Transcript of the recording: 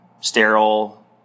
sterile